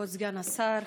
כבוד סגן השר,